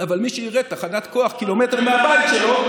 אבל מי שיראה תחנת כוח קילומטר מהבית שלו,